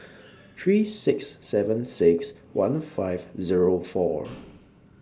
three six seven six one five Zero four